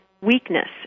weakness